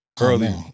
early